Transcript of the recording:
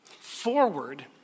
forward